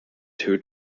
two